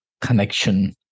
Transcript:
connection